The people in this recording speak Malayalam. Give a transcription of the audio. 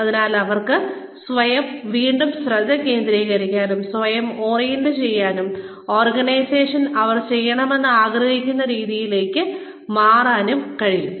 അതിനാൽ അവർക്ക് സ്വയം വീണ്ടും ശ്രദ്ധ കേന്ദ്രീകരിക്കാനും സ്വയം ഓറിയന്റുചെയ്യാനും ഓർഗനൈസേഷൻ അവർ ചെയ്യണമെന്ന് ആഗ്രഹിക്കുന്ന രീതിയിലേക്ക് മാറാനും കഴിയും